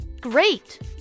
Great